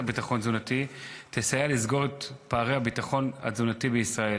ביטחון תזונתי תסייע לסגור את פערי הביטחון התזונתי בישראל.